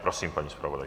Prosím, paní zpravodajko.